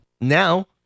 Now